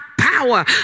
power